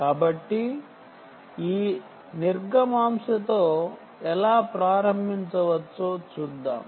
కాబట్టి ఈ నిర్గమాంశతో ఎలా ప్రారంభించవచ్చో చూద్దాం